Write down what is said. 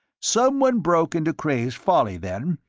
someone broke into cray's folly, then,